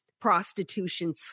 prostitution